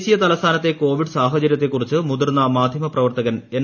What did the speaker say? ദേശീയ തലസ്ഥാനത്തെ കോവിഡ് സാഷ്ചര്യത്തെക്കുറിച്ച് മുതിർന്ന മാധ്യമ പ്രവർത്തകൻ എൻ